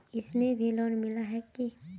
इसमें भी लोन मिला है की